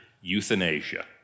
euthanasia